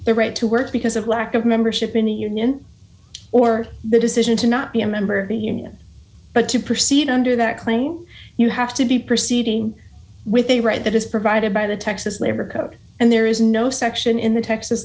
the right to work because of lack of membership in the union or the decision to not be a member of the union but to proceed under that claim you have to be proceeding with a right that is provided by the texas labor code and there is no section in the texas